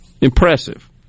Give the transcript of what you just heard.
impressive